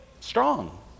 strong